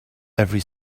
every